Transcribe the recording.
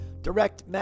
direct